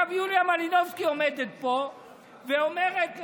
עכשיו יוליה מלינובסקי עומדת פה ואומרת לנו: